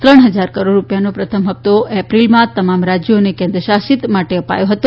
ત્રણ ફજાર કરોડ રૂપિયાનો પ્રથમ ફપ્તો એપ્રિલમાં તમામ રાજ્યો અને કેન્દ્રશાસિત માટે અપાયો હતો